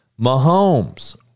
Mahomes